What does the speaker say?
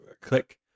click